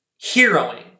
heroing